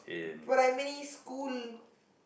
primary school